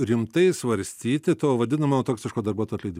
rimtai svarstyti to vadinamo toksiško darbuotojo atleidimą